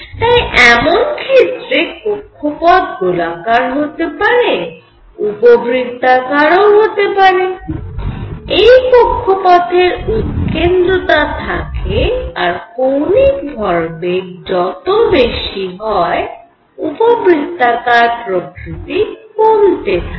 তাই এমন ক্ষেত্রে কক্ষপথ গোলাকার হতে পারে উপবৃত্তাকার ও হতে পারে এই কক্ষপথের উৎকেন্দ্রতা থাকে আর কৌণিক ভরবেগ যত বেশী হয় উপবৃত্তাকার প্রকৃতি কমতে থাকে